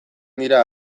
dira